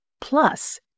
plus